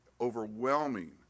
overwhelming